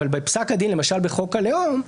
בפסק הדין למשל בחוק הלאום,